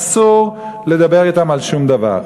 אסור לדבר אתם על שום דבר.